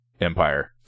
Empire